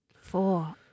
Four